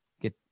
Get